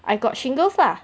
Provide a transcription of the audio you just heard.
I got shingles lah